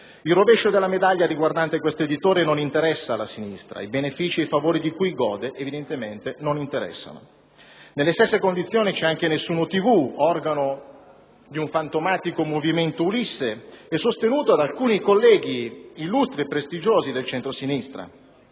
Il rovescio della medaglia riguardante questo editore non interessa la sinistra, i benefìci e i favori di cui gode evidentemente non interessano. Nelle stesse condizioni c'è anche Nessuno TV, organo di un fantomatico movimento Ulisse e sostenuto da alcuni colleghi illustri e prestigiosi del centrosinistra.